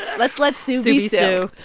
let's let sue be sue.